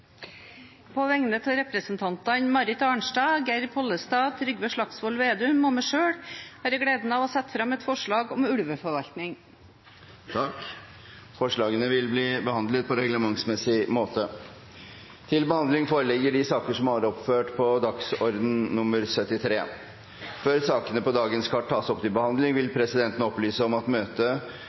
På vegne av representantene Marit Arnstad, Geir Pollestad, Trygve Slagsvold Vedum og meg selv har jeg gleden av å sette fram et forslag om ulveforvaltning. Forslagene vil bli behandlet på reglementsmessig måte. Før sakene på dagens kart tas opp til behandling, vil presidenten opplyse om at møtet